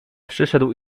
przyszedł